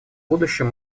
будущем